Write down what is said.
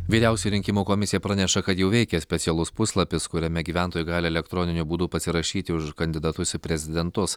vyriausioji rinkimų komisija praneša kad jau veikia specialus puslapis kuriame gyventojai gali elektroniniu būdu pasirašyti už kandidatus į prezidentus